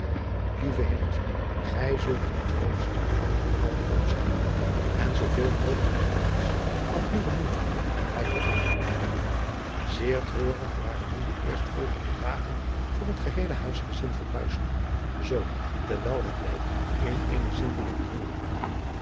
hilletje gij zult de troost van mijn ouderdom zijn en zooveel mogelijk de plaats van uwe moeder bij mij vervangen zeer treurig waren nu de eerstvolgende dagen voor het geheele huisgezin van buisman zoo terwijl het lijk in